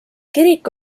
kirik